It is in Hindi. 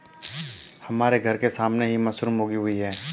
हमारे घर के सामने ही मशरूम उगी हुई है